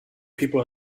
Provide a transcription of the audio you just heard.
people